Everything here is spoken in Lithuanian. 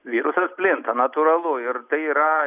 virusas plinta natūralu ir tai yra